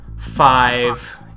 five